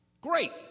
great